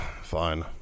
Fine